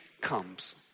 comes